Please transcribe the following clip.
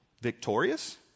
Victorious